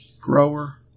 Grower